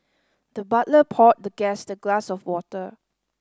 the butler poured the guest the glass of water